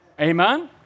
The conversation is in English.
Amen